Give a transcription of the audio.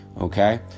okay